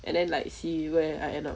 and then like see where I end up